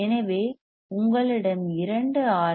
எனவே உங்களிடம் இரண்டு ஆர்